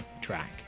track